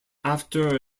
after